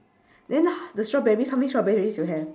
then the strawberries how many strawberries you have